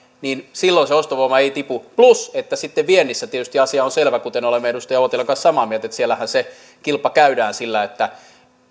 silloin se ostovoima ei tipu plus sitten viennissä tietysti asia on selvä kuten olemme edustaja uotilan kanssa samaa mieltä siellähän se kilpa käydään sillä